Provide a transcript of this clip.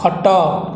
ଖଟ